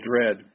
dread